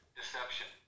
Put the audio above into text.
deception